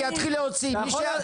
אני אתחיל להוציא אנשים.